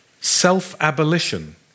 Self-abolition